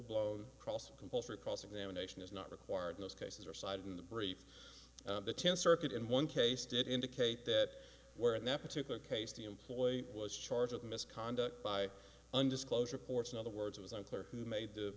blown cross compulsory cross examination is not required in those cases or cited in the brief the ten circuit in one case did indicate that where in that particular case the employee was charge of misconduct by undisclosed reports in other words it was unclear who made the